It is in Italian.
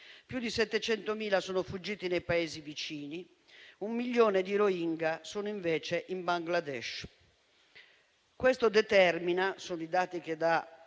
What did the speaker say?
più di 700.000 sono fuggiti nei Paesi vicini, un milione di rohingya sono invece in Bangladesh. Questo determina il fatto che ci